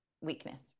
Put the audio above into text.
weakness